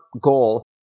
goal